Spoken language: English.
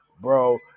Bro